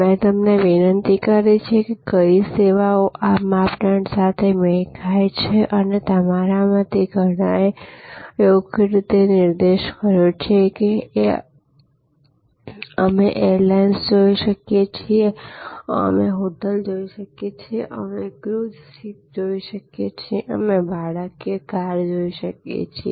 મેં તમને વિનંતિ કરી છે કે કઈ સેવાઓ આ માપદંડો સાથે મેળ ખાય છે અને તમારામાંથી ઘણાએ યોગ્ય રીતે નિર્દેશ કર્યો છે કે અમે એરલાઈન્સ જોઈ શકીએ છીએ અમે હોટલ જોઈ શકીએ છીએ અમે ક્રુઝ શિપ જોઈ શકીએ છીએ અમે ભાડાકીય કાર જોઈ શકીએ છીએ